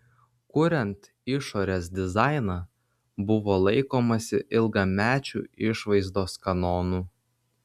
kuriant išorės dizainą buvo laikomasi ilgamečių išvaizdos kanonų